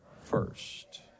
first